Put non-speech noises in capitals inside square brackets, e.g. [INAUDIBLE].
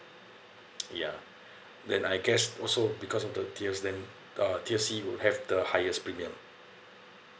[NOISE] ya then I guess also because of the tiers then uh tier C will have the highest premium